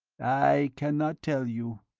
i cannot tell you.